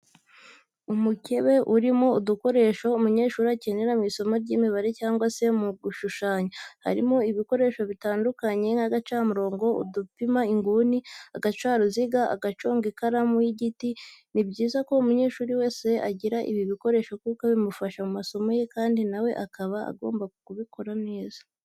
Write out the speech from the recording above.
Umukebe urimo udukoresho umunyeshuri akenera mu isomo ry'imibare cyangwa se mu gushushanya, harimo ibikoresho bitandukanye nk'agacamurongo, udupima inguni, agacaruziga, agaconga ikaramu y'igiti. Ni byiza ko umunyeshuri wese agira ibi bikoresho kuko bimufasha mu masomo ye kandi na we akaba agomba kubibika neza.